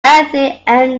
anthony